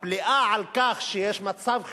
הפליאה על כך שיש מצב חירום,